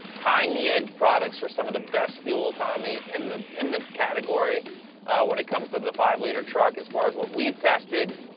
tying the edge products for some of the best fuel economy in the in the category when it comes to the five liter truck, as far as what we've tested.